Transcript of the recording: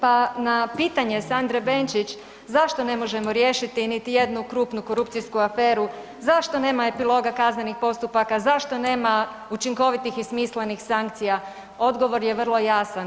Pa na pitanje Sandre Benčić zašto ne možemo riješiti niti jednu krupnu korupcijsku aferu, zašto nema epiloga kaznenih postupaka, zašto nema učinkovitih i smislenih sankcija odgovor je vrlo jasan.